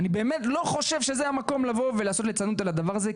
אני לא חושב שזה המקום לעשות ליצנות על הדבר הזה,